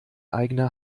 eigene